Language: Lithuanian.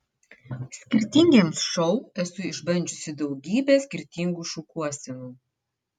skirtingiems šou esu išbandžiusi daugybę skirtingų šukuosenų